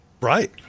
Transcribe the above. Right